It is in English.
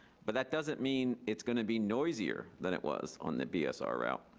but that doesn't mean it's gonna be noisier than it was on the bsr route,